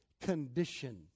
condition